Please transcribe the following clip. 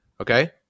Okay